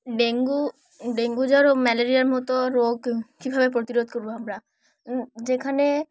dengue dengue জ্বর ও ম্যালেরিয়ার মতো রোগ কীভাবে প্রতিরোধ করবো আমরা যেখানে